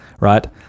right